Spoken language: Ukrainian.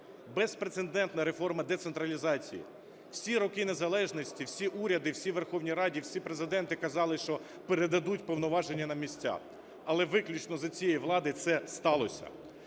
Безпрецедентна реформа децентралізації. Всі роки незалежно всі уряди, всі Верховні Ради, всі Президенти казали, що передадуть повноваження на місця, але виключно за цієї влади це сталося.